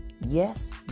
Yes